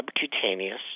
subcutaneous